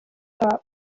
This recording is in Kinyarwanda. hop